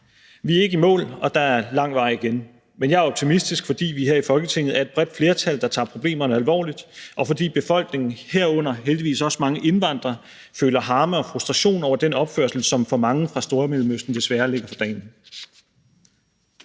Vi er ikke i mål, og der er lang vej igen, men jeg er optimistisk, fordi vi her i Folketinget er et bredt flertal, der tager problemerne alvorligt, og fordi befolkningen, herunder heldigvis også mange indvandrere, føler harme og frustration over den opførsel, som for mange fra Stormellemøsten desværre lægger for dagen.